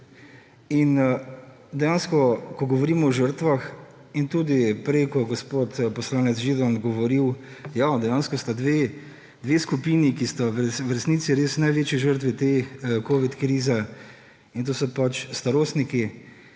In ko govorimo o žrtvah in tudi prej, ko je gospod poslanec Židan govoril, ja, dejansko sta 2 skupini, ki sta v resnici res največji žrtvi te covid krize, in to so starostniki